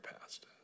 past